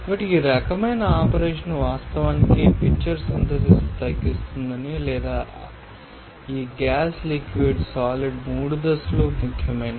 కాబట్టి ఈ రకమైన ఆపరేషన్ వాస్తవానికి పిట్చెర్ సింథసిస్ తగ్గిస్తుందని లేదా ఈ గ్యాస్ లిక్విడ్ సాలిడ్ మూడు దశలు ముఖ్యమైనవి